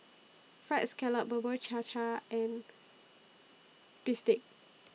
Fried Scallop Bubur Cha Cha and Bistake